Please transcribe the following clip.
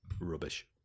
rubbish